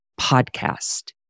podcast